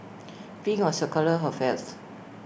pink was A colour for health